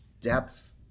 depth